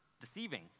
deceiving